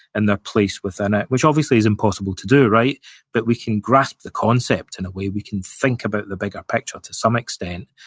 and their place within it, which obviously is impossible to do, but we can grasp the concept. in a way, we can think about the bigger picture to some extent.